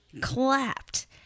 clapped